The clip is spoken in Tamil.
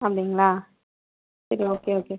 அப்படிங்ளா சரி ஓகே ஓகே